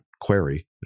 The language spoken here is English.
query